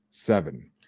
seven